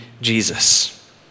Jesus